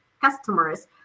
customers